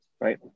right